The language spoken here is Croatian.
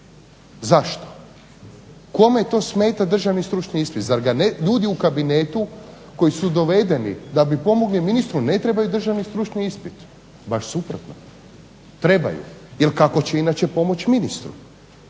Zašto? Kome to smeta državni stručni ispit, zar ga ljudi u kabinetu koji su dovedeni da bi pomogli ministru ne trebaju državni stručni ispit, baš suprotno trebaju. Jer kako će inače pomoći ministru,